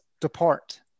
depart